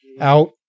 out